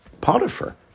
Potiphar